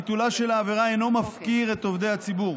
ביטולה של העבירה אינו מפקיר את עובדי הציבור.